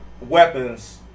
weapons